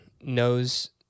knows